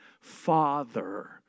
Father